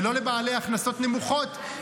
ולא לבעלי הכנסות נמוכות.